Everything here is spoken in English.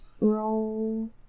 roll